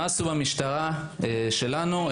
מה עשו במשטרה שלנו?